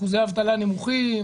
אחוזי אבטלה נמוכים,